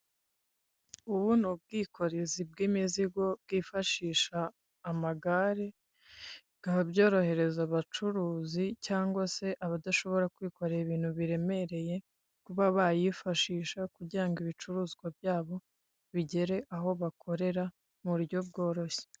Ubu ni ubwikorezi bw'imizigo bwifashisha amagare bikaba byorohereza abacuruzi cyangwa se abadashobora kwikorera ibintu biremereye kuba bayifashisha kugira ngo ibicuruzwa byabo bigere aho bakorera mu buryo bworoshye